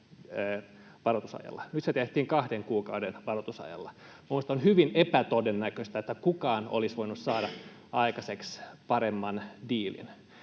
varoitusajalla. Nyt se tehtiin kahden kuukauden varoitusajalla. Minusta on hyvin epätodennäköistä, että kukaan olisi voinut saada aikaiseksi paremman diilin.